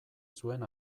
zuen